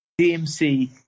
DMC